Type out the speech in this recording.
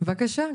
בבקשה,